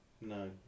No